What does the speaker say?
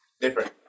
different